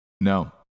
No